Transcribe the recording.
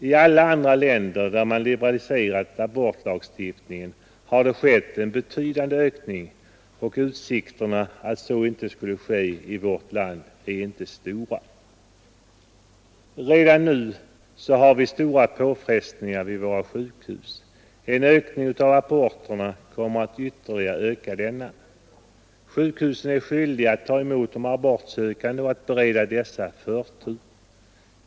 I alla andra länder där man liberaliserat abortlagstiftningen har det skett en betydande ökning, och utsikterna att så inte skulle ske i vårt land är inte stora. Redan nu har vi stora påfrestningar vid våra sjukhus. En ökning av aborterna kommer att ytterligare öka denna. Sjukhusen är skyldiga att ta emot abortsökande och att bereda dessa förtur.